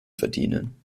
verdienen